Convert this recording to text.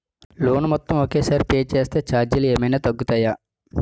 Loan మొత్తం ఒకే సారి పే చేస్తే ఛార్జీలు ఏమైనా తగ్గుతాయా?